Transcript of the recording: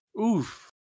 oof